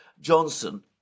Johnson